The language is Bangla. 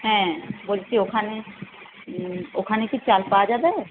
হ্যাঁ বলছি ওখানে ওখানে কি চাল পাওয়া যাবে